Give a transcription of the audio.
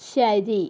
ശരി